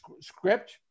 script